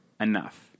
enough